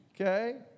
Okay